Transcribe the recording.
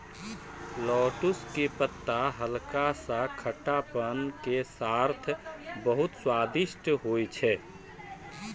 lettuce के पत्ता हल्का सा खट्टापन के साथॅ बहुत स्वादिष्ट होय छै